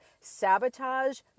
sabotage